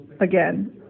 again